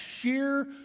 sheer